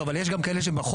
לא, אבל יש גם כאלה בחוק,